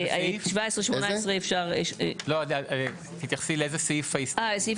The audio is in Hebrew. תתייחסי לאיזה סעיף מתייחסת ההסתייגות.